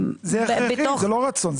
זה לא רצון.